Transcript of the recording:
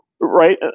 Right